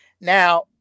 Now